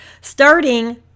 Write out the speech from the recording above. starting